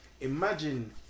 imagine